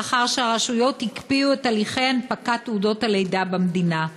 לאחר שהרשויות הקפיאו את הליכי הנפקת תעודות הלידה במדינה.